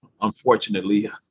Unfortunately